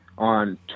On